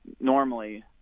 normally